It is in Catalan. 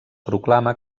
proclama